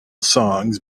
songs